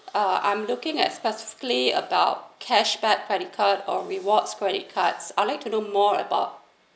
uh I'm looking at specifically about cashback credit card or rewards credit cards I like to do more about